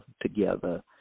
together